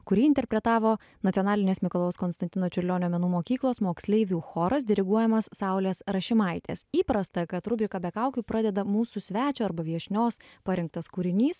kurį interpretavo nacionalinės mikalojaus konstantino čiurlionio menų mokyklos moksleivių choras diriguojamas saulės rašimaitės įprasta kad rubriką be kaukių pradeda mūsų svečio arba viešnios parinktas kūrinys